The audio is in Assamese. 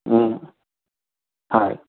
হয়